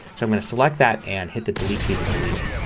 so i'm going to select that and hit the delete key to delete it.